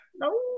no